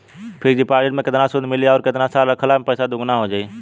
Fix deposit मे केतना सूद मिली आउर केतना साल रखला मे पैसा दोगुना हो जायी?